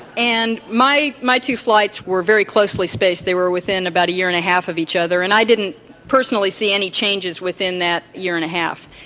and my my two flights were very closely spaced, they were within about a year and a half of each other, and i didn't personally see any changes within that year and a half.